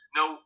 no